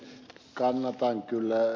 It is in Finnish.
kannatan kyllä ed